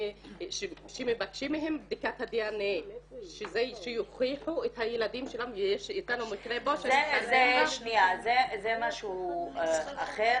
שמבקשים מהם בדיקת דנ"א שיוכיחו את הילדים --- זה משהו אחר,